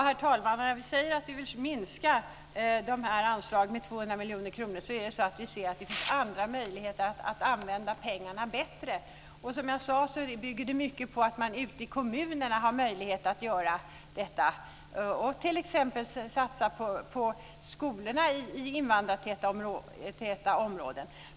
Herr talman! Orsaken till att vi vill minska anslaget med 200 miljoner kronor är att vi ser att det finns andra möjligheter att använda pengarna bättre. Som jag sade bygger det mycket på att man ute i kommunerna har möjlighet att göra detta, t.ex. satsa på skolorna i invandrartäta områden.